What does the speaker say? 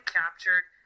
captured